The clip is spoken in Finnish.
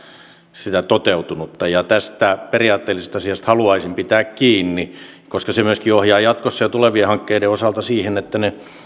sitä toteutunutta ja tästä periaatteellisesta asiasta haluaisin pitää kiinni koska se myöskin ohjaa jatkossa tulevien hankkeiden osalta siihen että ne